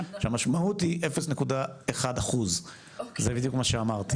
שהמשמעות היא 0.1% זה בדיוק מה שאמרתי,